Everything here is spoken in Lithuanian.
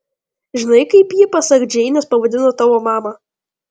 žinai kaip ji pasak džeinės pavadino tavo mamą